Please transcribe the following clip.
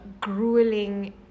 grueling